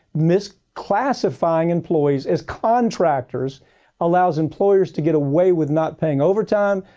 misclassifying employees as contractors allows employers to get away with not paying overtime.